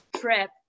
trip